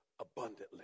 abundantly